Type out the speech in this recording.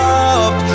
up